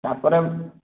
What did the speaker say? ତାପରେ